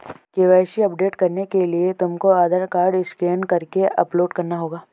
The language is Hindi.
के.वाई.सी अपडेट करने के लिए तुमको आधार कार्ड स्कैन करके अपलोड करना होगा